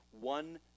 one